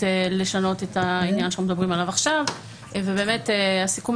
לשנות את העניין שמדברים עליו עכשיו ובאמת הסיכום